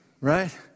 Right